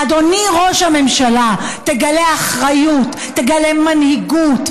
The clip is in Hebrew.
אדוני ראש הממשלה, תגלה אחריות, תגלה מנהיגות.